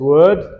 Word